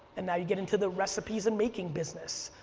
and now you get into the recipes and making business,